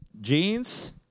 jeans